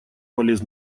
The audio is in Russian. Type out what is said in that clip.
полез